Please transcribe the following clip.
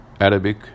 Arabic